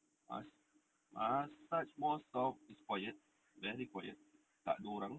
mass~ massage mall shop is quiet very quiet takde orang